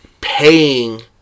paying